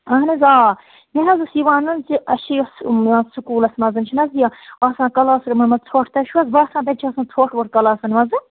اَہَن حظ آ مےٚ حظ اوس یہِ وَنُن زِ اَسہِ چھِ یۄس یَتھ سکوٗلَس منٛز چھِنہٕ حظ یہِ آسان کَلاس روٗمَن منٛز ژھۄٹھ تۄہہِ چھُ حظ آسان ژھۄٹ وۄٹھ کَلاسَن منٛزٕ